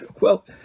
Well